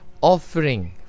offering